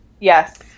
Yes